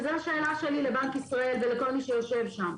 וזו השאלה שלי לבנק ישראל ולכל מי שיושב שם: